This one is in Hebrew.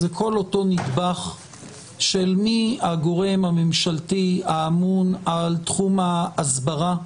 זה כל אותו נדבך של מי הגורם הממשלתי האמון על תחום ההסברה,